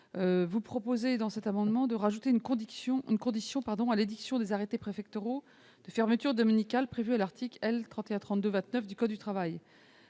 sujet technique. Cet amendement vise à ajouter une condition à l'édiction des arrêtés préfectoraux de fermeture dominicale prévue à l'article L. 3132-29 du code du travail.